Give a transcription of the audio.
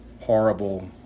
horrible